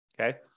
Okay